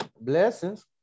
blessings